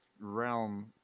realm